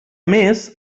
més